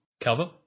cover